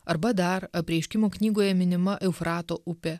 arba dar apreiškimo knygoje minima eufrato upė